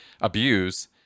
abuse